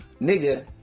nigga